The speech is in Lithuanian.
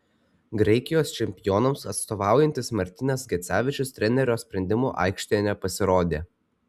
graikijos čempionams atstovaujantis martynas gecevičius trenerio sprendimu aikštėje nepasirodė